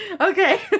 Okay